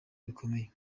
bikomeye